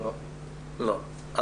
לא נמצא.